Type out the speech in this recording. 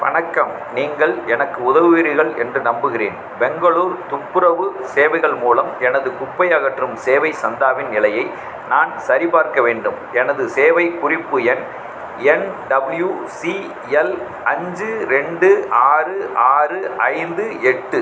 வணக்கம் நீங்கள் எனக்கு உதவுவீர்கள் என்று நம்புகிறேன் பெங்களூர் துப்புரவு சேவைகள் மூலம் எனது குப்பை அகற்றும் சேவை சந்தாவின் நிலையை நான் சரிபார்க்க வேண்டும் எனது சேவை குறிப்பு எண் என்டபிள்யூசிஎல் அஞ்சு ரெண்டு ஆறு ஆறு ஐந்து எட்டு